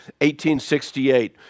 1868